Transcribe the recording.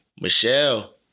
Michelle